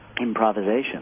improvisation